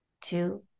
two